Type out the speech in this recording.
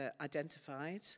identified